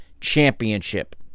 championship